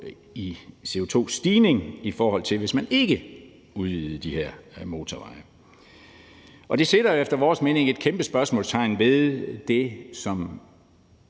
t CO2, i forhold til hvis man ikke udvidede de her motorveje. Og det sætter jo efter vores mening et kæmpe spørgsmålstegn ved det, som